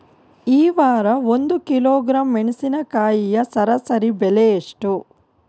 ಈ ವಾರ ಒಂದು ಕಿಲೋಗ್ರಾಂ ಮೆಣಸಿನಕಾಯಿಯ ಸರಾಸರಿ ಬೆಲೆ ಎಷ್ಟು?